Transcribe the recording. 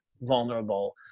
vulnerable